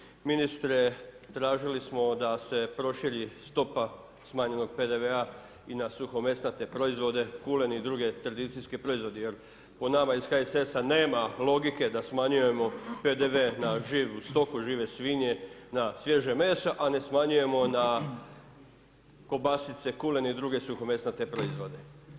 Hvala ... Uvaženi ministre, tražili smo da se proširi stopa smanjenog PDV-a i na suhomesnate proizvode, kulen i druge tradicijske proizvode, jer, po nama iz HSS-a, nema logike da smanjujemo PDV na živu stoku, žive svinje, na svježe meso, a ne smanjujemo na kobasice, kulen i druge suhomesnate proizvode.